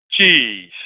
Jeez